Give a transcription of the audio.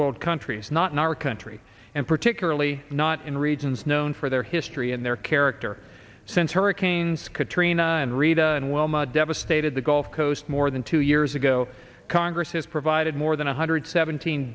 world countries not in our country and particularly not in regions known for their history and their character since hurricanes katrina and rita and wilma devastated the gulf coast more than two years ago congress has provided more than one hundred seventeen